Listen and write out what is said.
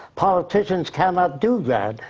politicians cannot do that.